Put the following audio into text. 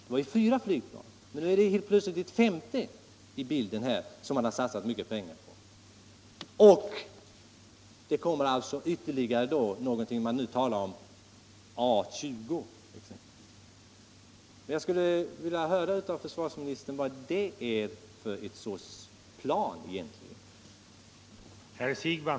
Det var ju fyra flygplan, och nu är det helt plötsligt ew femte med i bilden, som man har satsat mycket pengar på. Sedan kommer det alltså ytterligare något som man nu talar om, nämligen A 20. Jag skulle vilja höra av försvarsministern vad AJ 37 är för en sorts plan egentligen.